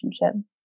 relationship